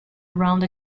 around